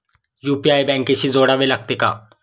UPI बँकेशी जोडावे लागते का?